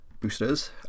boosters